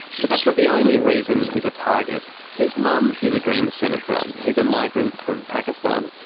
but that's not the only reason he's a target. his mum is a greens senator, he's a migrant from pakistan,